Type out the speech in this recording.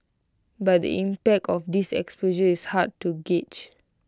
but the impact of this expose is hard to gauge